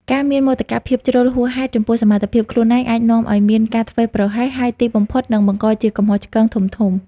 ការមានមោទកភាពជ្រុលហួសហេតុចំពោះសមត្ថភាពខ្លួនឯងអាចនាំឱ្យកើតមានការធ្វេសប្រហែស ហើយទីបំផុតនឹងបង្កជាកំហុសឆ្គងធំៗ។